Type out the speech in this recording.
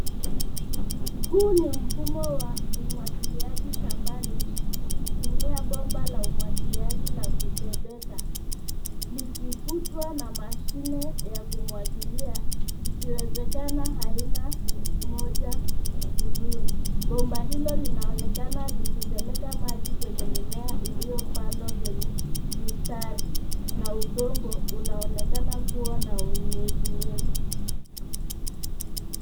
Huu ni mfumo wa umwagiliaji shambani ukitumia bomba la umwagiliaji la kubebeka likivutwa na mashine ya kumwagilia ikiwezekana aina moja mzuri. Bomba hilo linaonekana likipeleka maji kwenye mimea iliyopandwa kwenye mistari na udongo unaonekana kuwa na unyevunyevu.